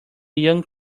young